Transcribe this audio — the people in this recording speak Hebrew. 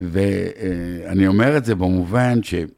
ואני אומר את זה במובן ש...